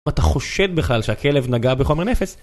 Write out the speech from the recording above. אתה חושד בכלל שהכלב נגע בחומר נפץ?